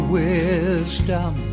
wisdom